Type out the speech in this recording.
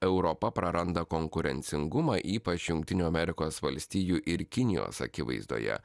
europa praranda konkurencingumą ypač jungtinių amerikos valstijų ir kinijos akivaizdoje